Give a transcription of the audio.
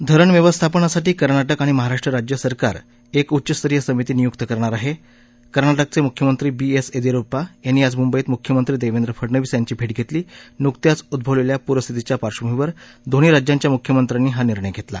धरण व्यवस्थापनासाठी कर्नाटक आणि महाराष्ट्र राज्य सरकार एक उच्चस्तरीय समिती नियुक्त करणार आहत्त कर्नाटकच प्रिख्यमंत्री बी एस यक्षियुरप्पा यांनी आज मुंबईत मुंख्यमंत्री दक्षिक फडणवीस यांची भद्ध घत्तिली नुकत्याच उद्भवलखि पूरस्थितीच्या पार्श्वभूमीवर दोन्ही राज्यांच्या मुख्यमंत्र्यांनी हा निर्णय घत्तिला